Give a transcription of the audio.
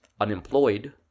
unemployed